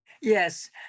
Yes